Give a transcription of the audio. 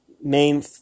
main